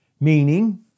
Meaning